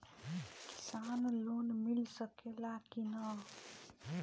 किसान लोन मिल सकेला कि न?